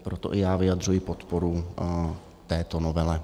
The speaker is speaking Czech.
Proto i já vyjadřuji podporu této novele.